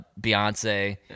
beyonce